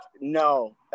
no